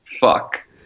fuck